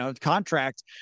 contract